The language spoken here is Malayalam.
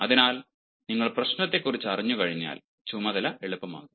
അതിനാൽ നിങ്ങൾ പ്രശ്നത്തെക്കുറിച്ച് അറിഞ്ഞുകഴിഞ്ഞാൽ ചുമതല എളുപ്പമാകും